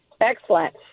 excellent